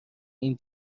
این